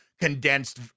condensed